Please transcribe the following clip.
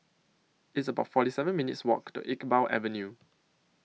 It's about forty seven minutes' Walk to Iqbal Avenue